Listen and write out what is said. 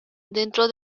dentro